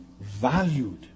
valued